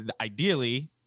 ideally